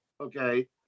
Okay